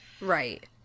Right